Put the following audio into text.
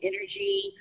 energy